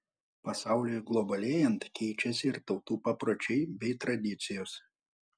pasauliui globalėjant keičiasi ir tautų papročiai bei tradicijos